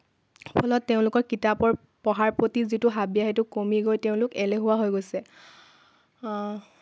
ফলত তেওঁলোকৰ কিতাপৰ পঢ়াৰ প্ৰতি যিটো হাবিয়াস সেইটো কমি গৈ তেওঁলোক এলেহুৱা হৈ গৈছে